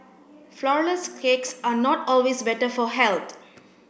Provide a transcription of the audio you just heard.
flourless cakes are not always better for health